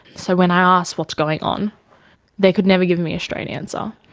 so when i asked, what's going on they could never give me a straight answer.